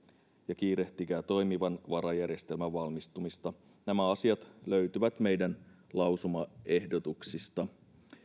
ja kiirehtikää toimivan varajärjestelmän valmistumista nämä asiat löytyvät meidän lausumaehdotuksistamme